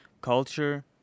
culture